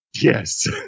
Yes